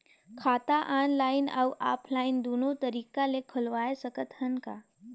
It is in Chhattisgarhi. खाता ऑनलाइन अउ ऑफलाइन दुनो तरीका ले खोलवाय सकत हन का?